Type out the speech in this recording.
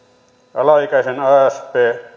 alaikäinen asp